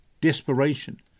desperation